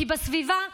כי בסביבה,